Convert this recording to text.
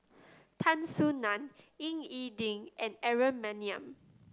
Tan Soo Nan Ying E Ding and Aaron Maniam